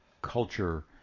Culture